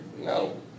No